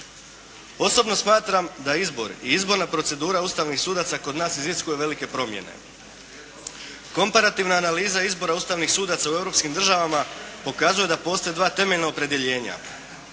Osobno smatram da izbor i izborna procedura ustavnih sudaca kod nas iziskuje velike promjene. Komparativna analiza izbora ustavnih sudaca u europskim državama pokazuje da postoje dva temeljna opredjeljenja.